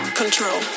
control